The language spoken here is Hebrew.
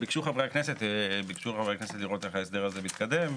ביקשו חברי הכנסת לראות איך ההסדר זה מתקדם.